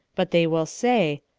but they will say,